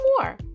more